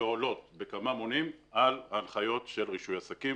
ועולות בכמה מונים על ההנחיות של רישוי עסקים,